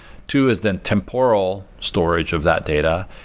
two is the temporal storage of that data,